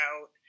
out